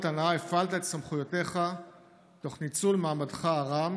הנאה הפעלת את סמכויותיך תוך ניצול מעמדך הרם